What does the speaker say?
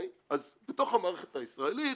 אז בתוך המערכת הישראלית,